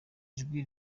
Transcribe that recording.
ijwi